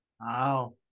Wow